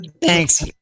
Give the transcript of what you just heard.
Thanks